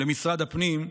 למשרד הפנים,